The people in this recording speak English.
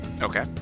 Okay